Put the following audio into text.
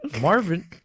Marvin